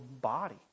body